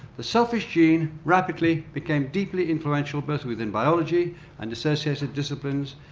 the selfish gene rapidly became deeply influential both within biology and associated disciplines,